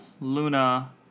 Luna